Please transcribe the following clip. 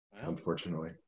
unfortunately